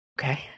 okay